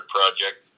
Project